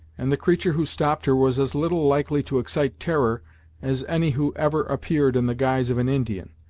and the creature who stopped her was as little likely to excite terror as any who ever appeared in the guise of an indian.